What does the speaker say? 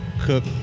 cook